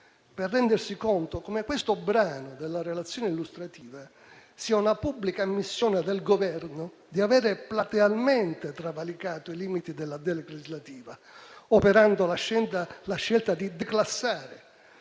per rendersi conto come questo brano della relazione illustrativa sia una pubblica ammissione da parte del Governo di avere platealmente travalicato i limiti della delega legislativa, operando la scelta di declassare